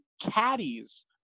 caddies